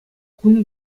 кун